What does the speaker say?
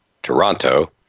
Toronto